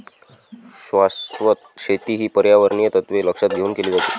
शाश्वत शेती ही पर्यावरणीय तत्त्वे लक्षात घेऊन केली जाते